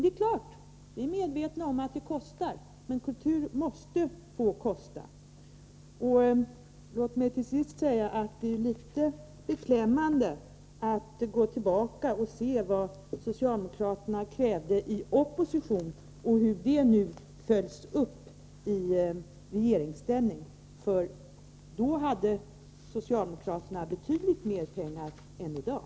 Det är klart att det kostar — det är vi helt medvetna om — men kultur måste få kosta. Låt mig till sist säga att det är litet beklämmande att se hur socialdemokraterna när de nu är i regeringsställning följer upp vad de krävde i opposition. Under oppositionstiden hade socialdemokraterna betydligt mer pengar än i dag.